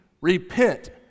repent